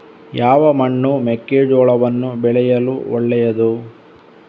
ಯಾವ ಮಣ್ಣು ಮೆಕ್ಕೆಜೋಳವನ್ನು ಬೆಳೆಯಲು ಒಳ್ಳೆಯದು?